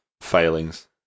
failings